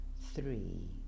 three